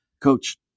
Coach